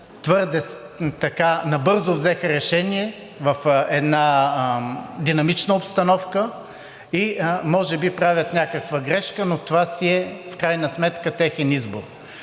твърде набързо взеха решение в една динамична обстановка и може би правят някаква грешка, но това си е в крайна сметка техен избор.